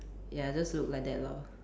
ya just look like that lor